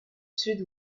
sud